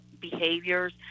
behaviors